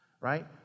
right